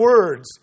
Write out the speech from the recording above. words